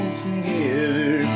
together